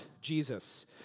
Jesus